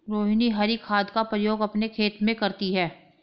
रोहिनी हरी खाद का प्रयोग अपने खेत में करती है